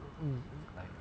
mm